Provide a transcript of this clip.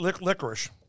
licorice